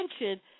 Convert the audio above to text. attention